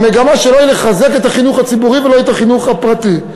המגמה שלו היא לחזק את החינוך הציבורי ולא את החינוך הפרטי.